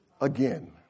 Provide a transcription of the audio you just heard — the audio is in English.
again